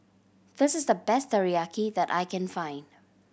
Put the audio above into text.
this is the best Teriyaki that I can find